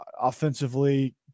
offensively